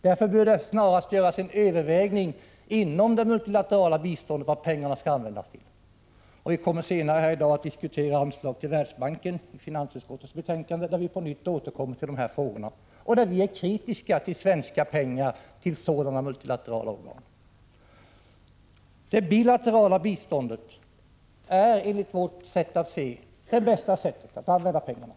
Därför bör det snarast göras ett övervägande inom ramen för det multilaterala biståndet av vad pengarna skall användas till. Vi kommer senare i dag att diskutera anslag till Världsbanken, som behandlas i finansutskottets betänkande. Vi återkommer där på nytt till de här frågorna, och vi är kritiska till att Sverige ger pengar till sådana multilaterala organ. Det bilaterala biståndet är enligt vår mening det bästa sättet att använda pengarna.